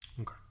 Okay